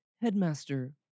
headmaster